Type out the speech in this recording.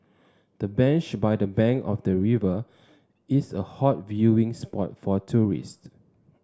the bench by the bank of the river is a hot viewing spot for tourists